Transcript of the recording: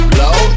low